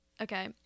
Okay